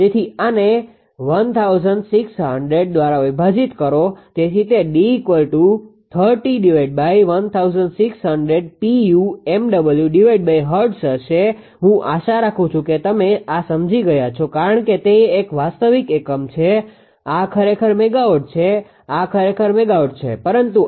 તેથી આને 1600 દ્વારા વિભાજીત કરો તેથી તે હશે હું આશા રાખું છું કે તમે આ સમજી ગયા છો કારણ કે તે એક વાસ્તવિક એકમ છે આ ખરેખર મેગાવોટ છે આ ખરેખર મેગાવોટ છે પરંતુ આધાર 1600 છે